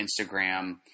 Instagram